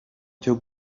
cyo